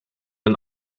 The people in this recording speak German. ein